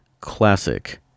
classic